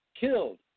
Killed